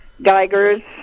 geigers